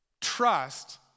trust